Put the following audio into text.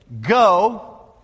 Go